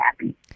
happy